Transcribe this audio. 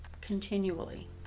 continually